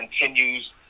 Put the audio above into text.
continues